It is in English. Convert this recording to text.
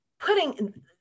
putting